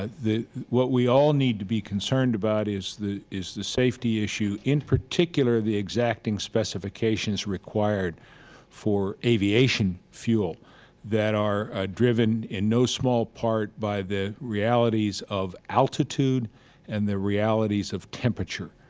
ah what we all need to be concerned about is the is the safety issue, in particular the exacting specifications required for aviation fuel that are driven in no small part by the realities of altitude and the realities of temperature.